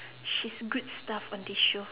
she's good stuff on this show